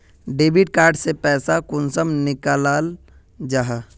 Debit card से पैसा कुंसम निकलाल जाहा?